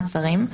מעצרים),